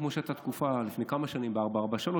כמו שהייתה תקופה לפני כמה שנים ב-443,